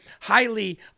Highly